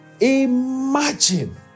imagine